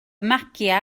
magiau